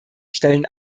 stellen